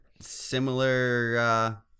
Similar